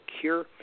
cure